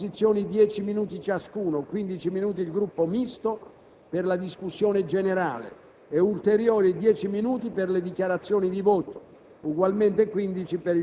I Gruppi avranno a disposizione dieci minuti ciascuno (quindici minuti al Gruppo misto) per la discussione generale e ulteriori dieci minuti per le dichiarazioni di voto